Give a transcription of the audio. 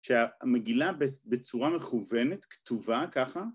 שהמגילה בצורה מכוונת כתובה ככה